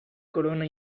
corona